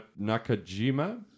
Nakajima